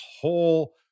whole